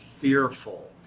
fearful